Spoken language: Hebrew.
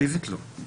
פיזית לא.